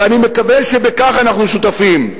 ואני מקווה שבכך אנחנו שותפים,